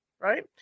right